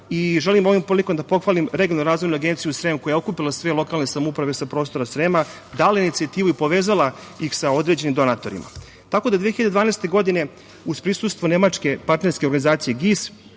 Želim ovom prilikom da pohvalim Regionalnu razvojnu agenciju Srem, koja je okupila sve lokalne samouprave sa prostora Srema, dala je inicijativu i povezala ih sa određenim donatorima. Tako da, 2012. godine, uz prisustvo nemačke partnerske organizacije GIS,